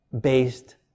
based